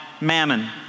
mammon